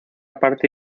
parte